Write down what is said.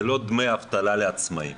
זה לא דמי אבטלה לעצמאים.